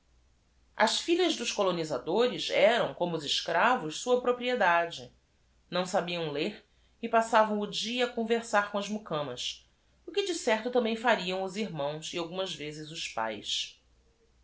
s filhas dos colonisadores eram como os escravos sua propriedade ão sabiam ler e passavam o d i a a conversar com as mucamas o que de certo também f a r i a m os i r mãos e algumas vezes os paes